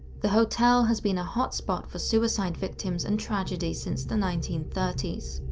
the hotel has been a hot spot for suicide victims and tragedy since the nineteen thirty s.